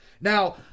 Now